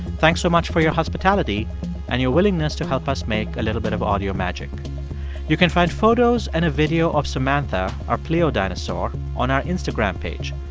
thanks so much for your hospitality and your willingness to help us make a little bit of audio magic you can find photos and a video of samantha, our pleo dinosaur, on our instagram page.